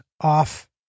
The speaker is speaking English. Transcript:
off